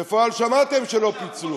בפועל, שמעתם שלא פיצלו.